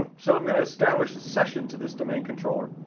so i'm going to establish a session to this domain controller.